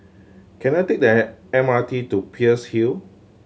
can I take the M R T to Peirce Hill